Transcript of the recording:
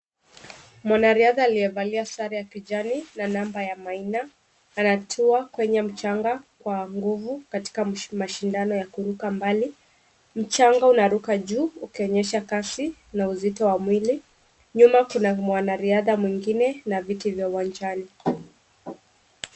Mwanariadha aliyevalia sare ya kijani na namba ya Maina, anatua kwenye mchanga kwa nguvu katika mashindano ya kuruka mbali, mchanga unaruka juu ukionyesha kasi na uzito wa mwili. Nyuma kuna mwanariadha mwingine na viti vya uwanjani.